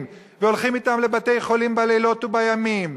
והולכים אתם לבתי-חולים בלילות ובימים,